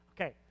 Okay